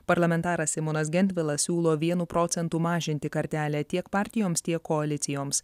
parlamentaras simonas gentvilas siūlo vienu procentu mažinti kartelę tiek partijoms tiek koalicijoms